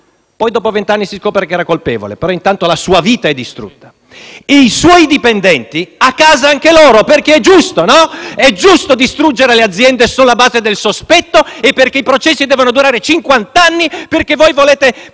Poi, dopo vent'anni, si scopre che quella persona era innocente, ma intanto la sua vita è distrutta e i suoi dipendenti a casa anche loro, perché è giusto, non è vero? È giusto distruggere le aziende sulla base del sospetto, perché i processi devono durare cinquant'anni, perché volete